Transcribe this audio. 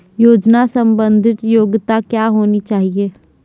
योजना संबंधित योग्यता क्या होनी चाहिए?